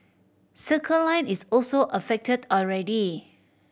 Circle Line is also affected already